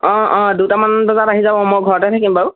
অঁ অঁ দুটামান বজাত আহি যাব মই ঘৰতে থাকিম বাৰু